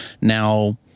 Now